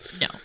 no